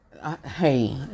Hey